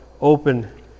open